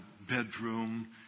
bedroom